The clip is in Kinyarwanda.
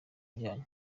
byanyu